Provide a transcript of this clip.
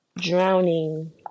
drowning